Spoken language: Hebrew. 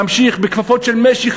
להמשיך בכפפות של משי,